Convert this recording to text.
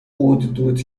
دود